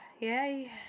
Yay